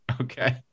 Okay